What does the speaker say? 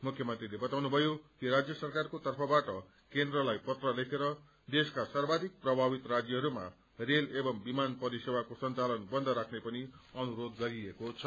मुख्यमन्त्रीले बताउनु थयो कि राज्य सरकारको तर्फबाट केन्द्रलाई पत्र लेखेर देशका सर्वाधिक प्रभावित राज्यहरूमा रेल एवं विमान परिसेवाको संचालन बन्द राख्ने पनि अनुरोध गरिएको छ